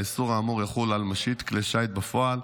האיסור האמור יחול על משיט כלי השיט בפועל,